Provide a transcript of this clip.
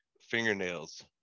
Fingernails